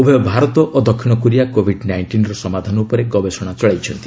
ଉଭୟ ଭାରତ ଓ ଦକ୍ଷିଣ କୋରିଆ କୋଭିଡ୍ ନାଇଣ୍ଟିର ସମାଧାନ ଉପରେ ଗବେଷଣା ଚଳାଇଛନ୍ତି